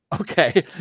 okay